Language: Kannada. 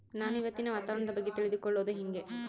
ನಾನು ಇವತ್ತಿನ ವಾತಾವರಣದ ಬಗ್ಗೆ ತಿಳಿದುಕೊಳ್ಳೋದು ಹೆಂಗೆ?